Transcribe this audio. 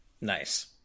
Nice